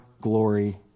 glory